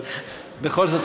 אבל בכל זאת,